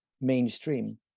mainstream